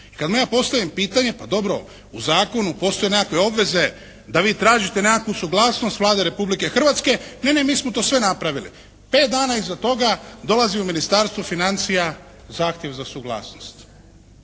kad mu ja postavim pitanje pa dobro, u zakonu postoje nekakve obveze da vi tražite nekakvu suglasnost Vlade Republike Hrvatske – ne, ne, mi smo to sve napravili. Pet dana iza toga dolazi u Ministarstvo financija zahtjev za suglasnost.